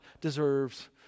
deserves